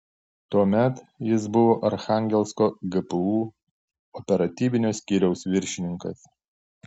tuomet jis buvo archangelsko gpu operatyvinio skyriaus viršininkas